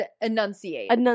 Enunciate